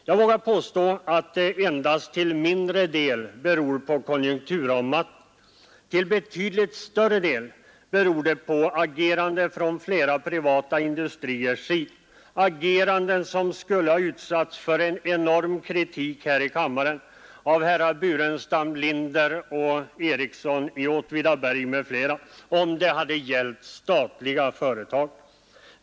Jag vågar påstå, att den endast till mindre del beror på konjunkturavmattningen. Till betydligt större del beror den på agerande från flera privata industriers sida, ett agerande som skulle ha utsatts för enorm kritik här i kammaren av herrar Burenstam Linder, Ericsson i Åtvidaberg m.fl., om det hade gällt statliga företag.